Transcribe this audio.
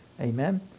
Amen